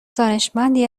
دانشمندی